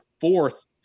fourth